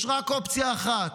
יש רק אופציה אחת,